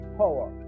power